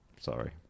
Sorry